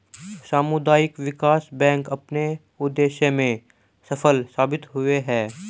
सामुदायिक विकास बैंक अपने उद्देश्य में सफल साबित हुए हैं